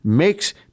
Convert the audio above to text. Makes